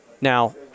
Now